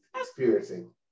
experiencing